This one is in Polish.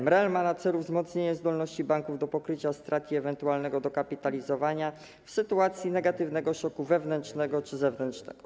MREL ma na celu wzmocnienie zdolności banków do pokrycia strat i ewentualnego dokapitalizowania w sytuacji negatywnego szoku wewnętrznego czy zewnętrznego.